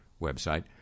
website